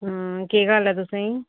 अं केह् गल्ल ऐ तुसेंगी